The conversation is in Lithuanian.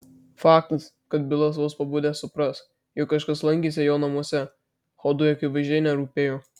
faktas kad bilas vos pabudęs supras jog kažkas lankėsi jo namuose hodui akivaizdžiai nerūpėjo